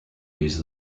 use